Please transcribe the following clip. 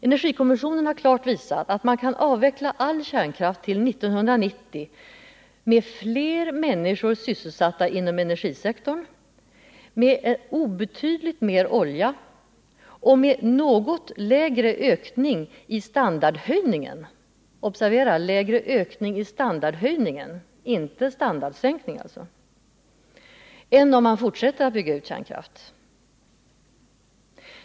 Energikommissionen har klart visat att man kan avveckla all kärnkraft till 1990 med fler människor sysselsatta inom energisektorn, med obetydligt mer olja och med något lägre ökning i standardhöjningen — observera lägre ökning i standardhöjningen, det är inte fråga om någon standardsänkning — än om man fortsätter bygga ut kärnkraft.